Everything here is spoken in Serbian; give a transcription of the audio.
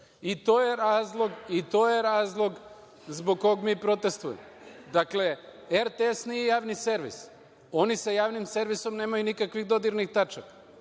To je razlog zbog koga mi protestujemo. Dakle, RTS nije javni servis, oni sa javnim servisom nemaju nikakvih dodirnih tačaka.